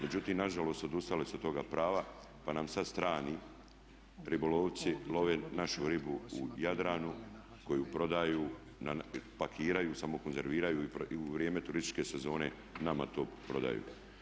Međutim, na žalost odustali su od toga prava, pa nam sad strani ribolovci love našu ribu u Jadranu koju prodaju, pakiraju, samo konzerviraju i u vrijeme turističke sezone nama to prodaju.